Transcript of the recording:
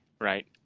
right